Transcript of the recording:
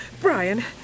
Brian